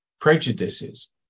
prejudices